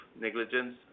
negligence